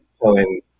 telling